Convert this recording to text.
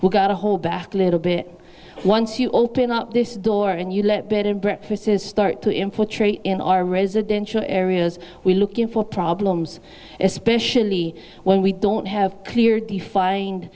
we've got to hold back a little bit once you open up this door and you let bed and breakfast is start to infiltrate in our residential areas we're looking for problems especially when we don't have clear defined